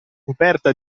coperta